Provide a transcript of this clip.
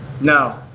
No